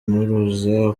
mpuruza